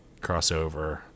crossover